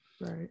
Right